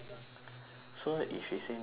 so if she say no rapping right